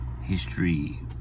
history